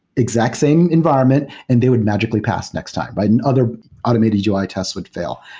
exact same environment, and they would magically pass next time but and other automated ui tests would fail.